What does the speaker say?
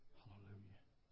hallelujah